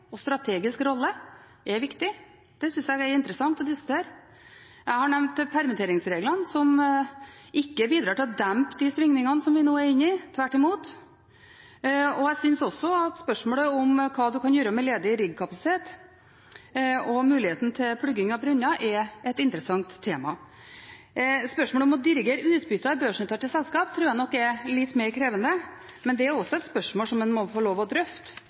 og strategisk rolle er viktig. Det synes jeg er interessant å diskutere. Jeg har nevnt permitteringsreglene, som ikke bidrar til å dempe de svingningene som vi nå er inne i – tvert imot. Jeg synes også spørsmålet om hva en kan gjøre med ledig riggkapasitet og muligheten til plugging av brønner er et interessant tema. Spørsmålet om å dirigere utbyttet av børsnoterte selskap tror jeg nok er litt mer krevende, men det er også et spørsmål som en må få lov å drøfte